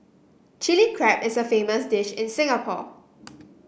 Chilli Crab is a famous dish in Singapore